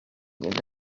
with